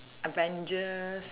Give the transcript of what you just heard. avengers